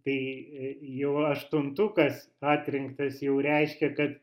tai jau aštuntukas atrinktas jau reiškia kad